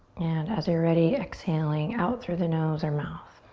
and as you're ready, exhaling out through the nose or mouth.